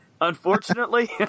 unfortunately